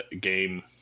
game